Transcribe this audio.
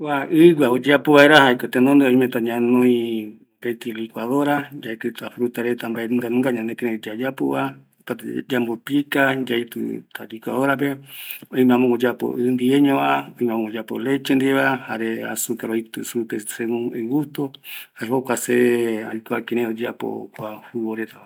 Kua ɨɨgua ñanoivaera jaeko oimeta ñanoi tenonde mopetɨ licuadora, yaekɨta fruta reta mbaenunga nunga ñanekïrei yayapova, opata yambo pica, opata yaitɨ licuadoraipe, oime amogue oyapo ɨ ndiveñova, amogue oyapo leche ndiveva, jare azucar según igusto, jae jokua aikua kirai oyeapo jugo retava